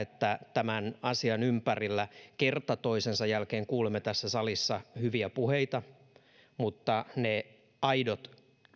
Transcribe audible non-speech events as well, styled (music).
(unintelligible) että tämän asian ympärillä kerta toisensa jälkeen kuulemme tässä salissa hyviä puheita mutta ne aidot